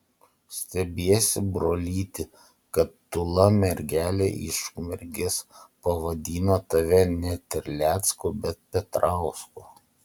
stebiesi brolyti kad tūla mergelė iš ukmergės pavadino tave ne terlecku bet petrausku